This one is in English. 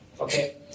Okay